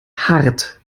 hart